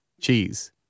cheese